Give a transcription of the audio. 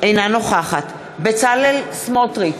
אינה נוכחת בצלאל סמוטריץ,